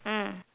mm